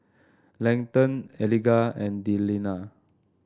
Leighton Eliga and Delina